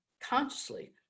consciously